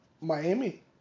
Miami